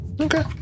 Okay